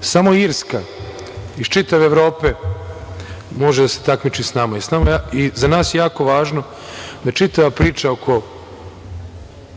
Samo Irska iz čitave Evrope može da se takmiči s nama. Za nas je jako važno da čitava priča oko